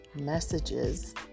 messages